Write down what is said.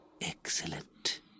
Excellent